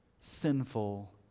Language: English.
sinful